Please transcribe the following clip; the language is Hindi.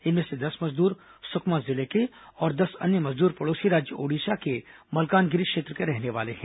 इनमें से दस मजदूर सुकमा जिले के और दस अन्य मजदूर पड़ोसी राज्य ओडिशा के मल्कानगिरी क्षेत्र के रहने वाले हैं